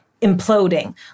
imploding